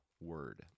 Word